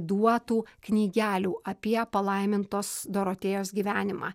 duotų knygelių apie palaimintos dorotėjos gyvenimą